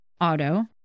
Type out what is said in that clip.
auto